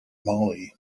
molly